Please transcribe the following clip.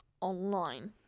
online